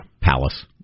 palace